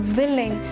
willing